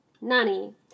Nani